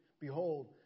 behold